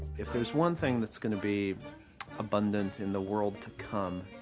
if there's one thing that's gonna be abundant in the world to come,